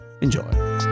Enjoy